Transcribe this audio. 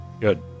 Good